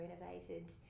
renovated